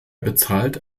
bezahlt